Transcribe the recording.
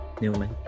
Newman